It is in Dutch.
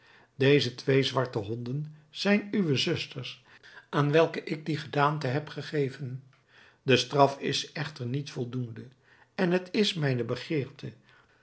deze twee zwarte honden zijn uwe zusters aan welke ik die gedaante heb gegeven de straf is echter niet voldoende en het is mijne